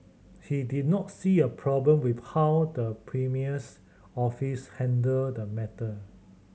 he did not see a problem with how the premier's office handled the matter